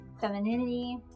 femininity